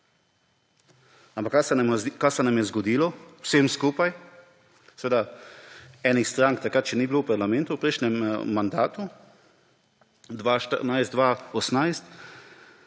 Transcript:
Ampak kar se je zgodilo vsem skupaj, seveda enih strank takrat še ni bilo v parlamentu, v prejšnjem mandatu 2014–2018,